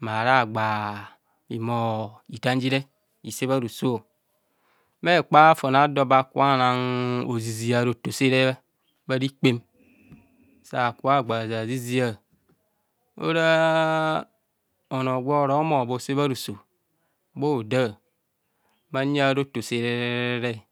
maragba humor itamjire se bha roso bha hekpa fon a'odo ba kanan ozizia rotosere bharikpem saku bho agba zazizia oraa ono gworo humo ber ose bharoso bhoda bha huya aroto sererere